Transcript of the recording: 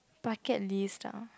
bucket list ah